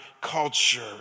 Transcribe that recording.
culture